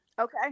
Okay